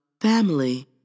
family